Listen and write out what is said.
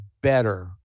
better